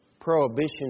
Prohibition